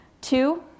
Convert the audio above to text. Two